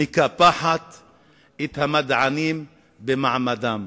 מקפחת את המדענים במעמדם.